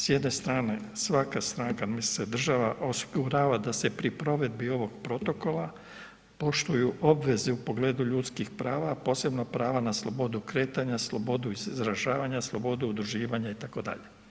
S jedne strane, svaka snaga misli se država, osigurava da se pri provedbi ovog protokola poštuju obveze u pogledu ljudskih prava a posebno prava na slobodu kretanja, slobodu izražavanja, slobodu udruživanja itd.